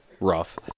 rough